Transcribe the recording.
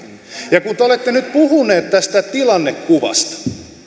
ja kun te olette nyt puhunut tästä tilannekuvasta